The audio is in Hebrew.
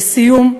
לסיום,